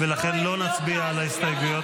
ולכן לא נצביע על ההסתייגויות --- לא,